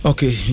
Okay